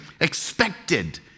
expected